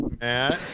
Matt